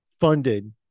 funded